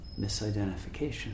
misidentification